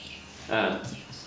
!huh!